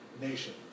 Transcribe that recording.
nation